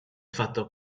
fatto